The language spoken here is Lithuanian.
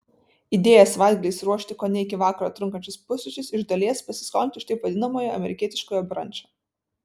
idėja savaitgaliais ruošti kone iki vakaro trunkančius pusryčius iš dalies pasiskolinta iš taip vadinamojo amerikietiškojo brančo